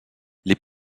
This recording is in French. les